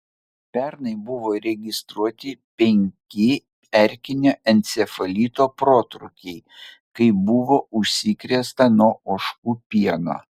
pernai buvo registruoti penki erkinio encefalito protrūkiai kai buvo užsikrėsta nuo ožkų pieno